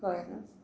कळ्ळें